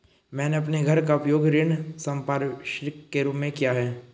मैंने अपने घर का उपयोग ऋण संपार्श्विक के रूप में किया है